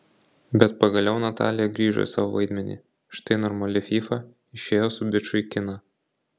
bet pagaliau natalija grįžo į savo vaidmenį štai normali fyfa išėjo su biču į kiną